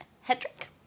Hedrick